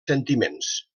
sentiments